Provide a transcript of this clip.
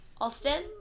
Austin